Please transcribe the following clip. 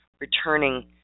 returning